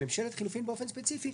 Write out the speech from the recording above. בממשלת חילופים באופן ספציפי,